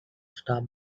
stop